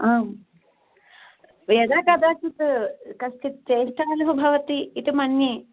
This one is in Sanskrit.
आं यदा कदाचित् कश्चित् चेष्टा अनुभवति इति मन्ये